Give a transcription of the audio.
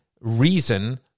reason